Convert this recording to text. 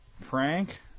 Prank